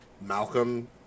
Malcolm